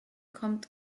kommt